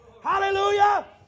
Hallelujah